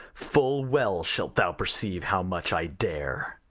full well shalt thou perceive how much i dare.